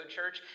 Church